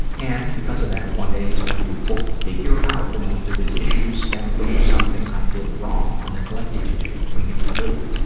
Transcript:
and, because of that, one day he's going to figure out that most of his issues stem from something i did wrong or neglected to do when he was little.